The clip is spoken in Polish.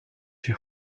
się